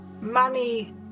money